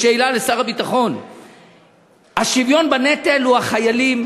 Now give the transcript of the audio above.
בשאלה לשר הביטחון: השוויון בנטל הוא החיילים,